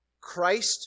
Christ